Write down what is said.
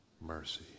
mercy